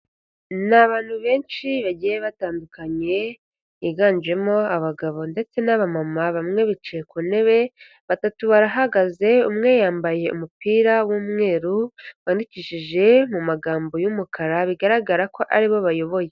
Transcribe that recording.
Ni abantu benshi bagiye batandukanye higanjemo abagabo ndetse n'abamama, bamwe bicaye ku ntebe, batatu barahagaze, umwe yambaye umupira w'umweru wandikishije mu magambo y'umukara bigaragara ko ari bo bayoboye.